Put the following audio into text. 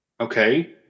okay